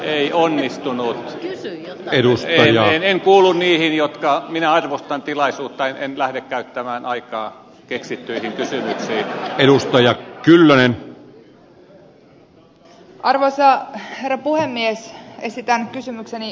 ei onnistunu ja ellei nainen kuuluu niihin jotka minä arvostan tilaisuutta en lähde käyttämään aikaa keksittyjen esitän kysymykseni ministeri braxille